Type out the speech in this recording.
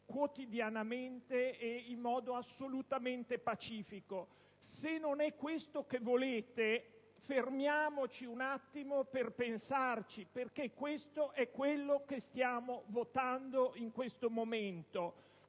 quotidianamente e in modo assolutamente pacifico. Se non è questo che volete, fermiamoci un attimo per pensarci, perché questo è quanto stiamo votando al momento.